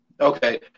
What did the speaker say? Okay